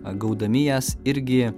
gaudami jas irgi